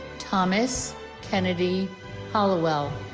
thomas kennedy hallowell